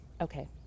Okay